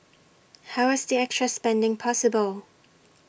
how was the extra spending possible